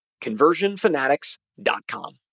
conversionfanatics.com